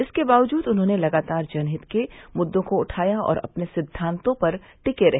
इसके बावजूद उन्होंने लगातार जनहित के मुद्दों को उठाया और अपने सिद्वांतों पर टिके रहे